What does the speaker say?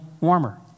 warmer